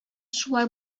шулай